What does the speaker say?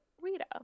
Rita